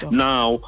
now